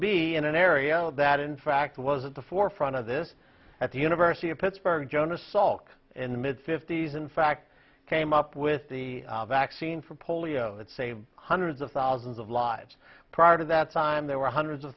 be in an area that in fact was at the forefront of this at the university of pittsburgh jonas salk in the mid fifty's in fact came up with the vaccine for polio it saved hundreds of thousands of lives prior to that time there were hundreds of